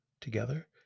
Together